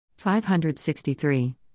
563